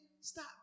stop